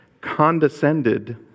condescended